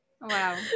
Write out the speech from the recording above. Wow